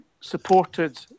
supported